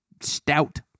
stout